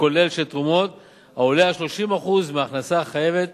כולל של תרומות העולה על 30% מההכנסה החייבת